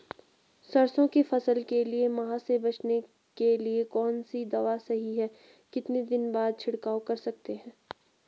सरसों की फसल के लिए माह से बचने के लिए कौन सी दवा सही है कितने दिन बाद छिड़काव कर सकते हैं?